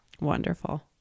Wonderful